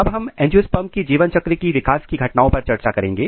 अब हम एंजियोस्पर्म्स की जीवन चक्र की विकास की घटनाओं पर चर्चा करेंगे